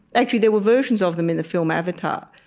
actually, there were versions of them in the film avatar,